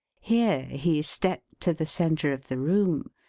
here he stepped to the centre of the room,